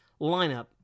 lineup